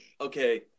Okay